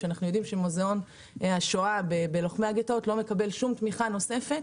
כשאנחנו יודעים שמוזאון השואה בלוחמי הגיטאות לא מקבל שום תמיכה נוספת.